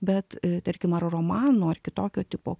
bet tarkim ar romanų ar kitokio tipo